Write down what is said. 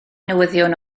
newyddion